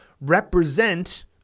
represent